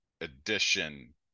edition